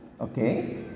Okay